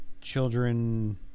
children